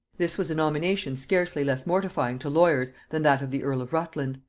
this was a nomination scarcely less mortifying to lawyers than that of the earl of rutland.